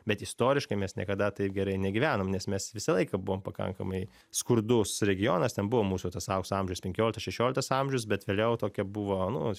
bet istoriškai mes niekada taip gerai negyvenom nes mes visą laiką buvom pakankamai skurdus regionas ten buvo mūsų tas aukso amžius penkioliktas šešioliktas amžius bet vėliau tokia buvo nu